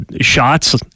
shots